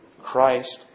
Christ